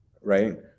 right